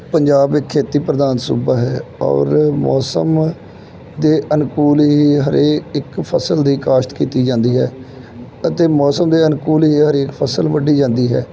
ਪੰਜਾਬ ਇੱਕ ਖੇਤੀ ਪ੍ਰਧਾਨ ਸੂਬਾ ਹੈ ਔਰ ਮੌਸਮ ਦੇ ਅਨੁਕੂਲ ਹੀ ਹਰੇ ਇੱਕ ਫ਼ਸਲ ਦੀ ਕਾਸ਼ਤ ਕੀਤੀ ਜਾਂਦੀ ਹੈ ਅਤੇ ਮੌਸਮ ਦੇ ਅਨੁਕੂਲ ਹੀ ਹਰੇਕ ਫਸਲ ਵੱਢੀ ਜਾਂਦੀ ਹੈ